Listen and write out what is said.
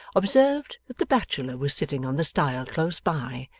observed that the bachelor was sitting on the stile close by,